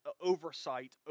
oversight